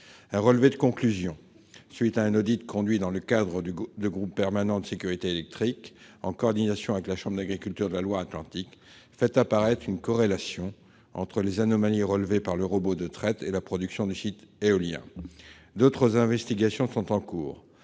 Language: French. Un relevé de conclusions faisant suite à un audit conduit dans le cadre du groupe permanent pour la sécurité électrique, en coordination avec la chambre d'agriculture de la Loire-Atlantique, fait apparaître une corrélation entre les anomalies relevées par le robot de traite et la production du site éolien. D'autres investigations sont en cours